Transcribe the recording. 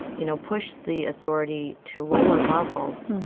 you know, push the authority to lower levels.